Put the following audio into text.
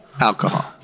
Alcohol